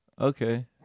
Okay